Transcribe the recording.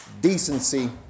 decency